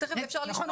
אפשר לשמוע